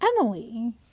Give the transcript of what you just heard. Emily